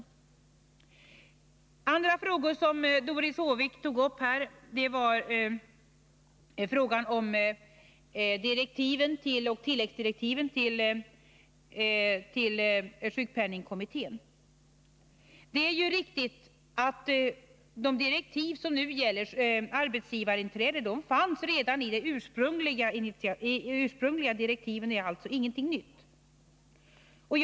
En annan fråga som Doris Håvik tog upp var spörsmålet om tilläggsdirektiven till sjukpenningkommittén. Det är ju riktigt att de direktiv som nu gäller för arbetsgivarinträde fanns redan i de ursprungliga direktiven, så det är alltså inte fråga om någonting nytt.